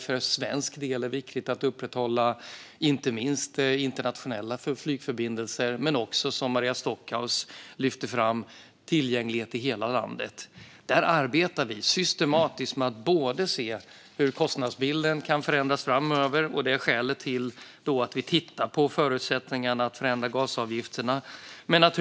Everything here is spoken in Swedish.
För svensk del är det ju viktigt att upprätthålla internationella flygförbindelser men också, som Maria Stockhaus lyfte fram, tillgänglighet i hela landet. Här arbetar vi systematiskt med att se hur kostnadsbilden kan förändras framöver, vilket är skälet till att vi tittar på förutsättningar att förändra GAS-avgifterna.